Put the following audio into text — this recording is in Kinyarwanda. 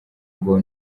ngo